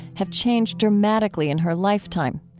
have changed dramatically in her lifetime,